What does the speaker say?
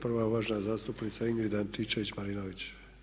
Prva je uvažena zastupnica Ingrid Antičević-Marinović.